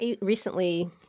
recently